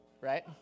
right